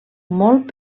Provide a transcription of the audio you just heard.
molt